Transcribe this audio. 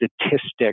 statistics